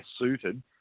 suited